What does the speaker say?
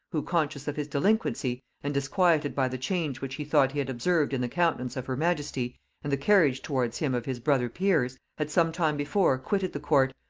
who, conscious of his delinquency, and disquieted by the change which he thought he had observed in the countenance of her majesty and the carriage towards him of his brother peers, had sometime before quitted the court,